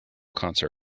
concert